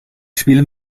spielen